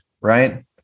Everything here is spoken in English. right